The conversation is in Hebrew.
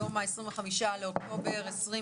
היום ה25 באוקטובר 2021,